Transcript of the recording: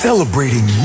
Celebrating